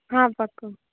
હા પાક્કું